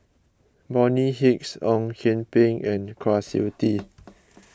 Bonny Hicks Ong Kian Peng and Kwa Siew Tee